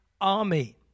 army